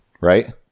right